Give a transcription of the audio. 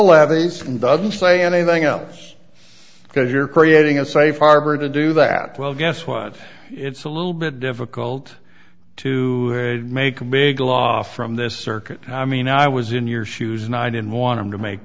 levies and doesn't say anything else because you're creating a safe harbor to do that well guess what it's a little bit difficult to make a big law from this circuit i mean i was in your shoes and i didn't want him to make